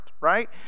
Right